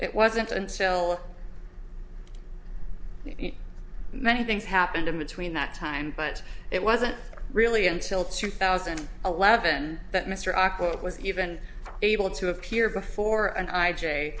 it wasn't until many things happened in between that time but it wasn't really until two thousand and eleven that mr erakat was even able to appear before and i j